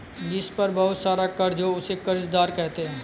जिस पर बहुत सारा कर्ज हो उसे कर्जदार कहते हैं